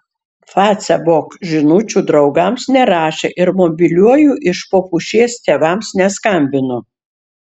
facebook žinučių draugams nerašė ir mobiliuoju iš po pušies tėvams neskambino